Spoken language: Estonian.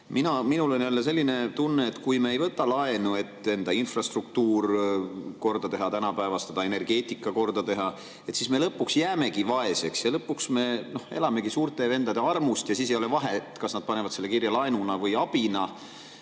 Minul on jälle selline tunne, et kui me ei võta laenu, et enda infrastruktuur korda teha, seda tänapäevastada, energeetika korda teha, siis me jäämegi vaeseks ja lõpuks me elamegi suurte vendade armust, ja siis ei ole vahet, kas nad panevad selle kirja laenu või abina.